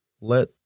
let